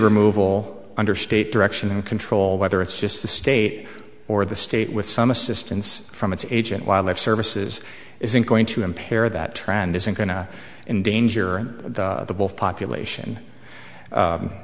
removal under state direction and control whether it's just the state or the state with some assistance from its agent wildlife services isn't going to impair that trend isn't going to endanger the population